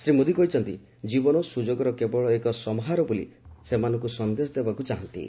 ଶ୍ରୀ ମୋଦୀ କହିଛନ୍ତି ଜୀବନ ସୁଯୋଗର କେବଳ ଏକ ସମାହାର ବୋଲି ସେ ସେମାନଙ୍କୁ ସନ୍ଦେଶ ଦେବାକୁ ଚାହାନ୍ତି